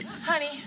Honey